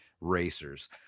racers